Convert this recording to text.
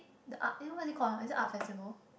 the art eh what's it called ah is it art festival